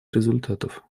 результатов